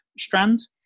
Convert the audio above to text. strand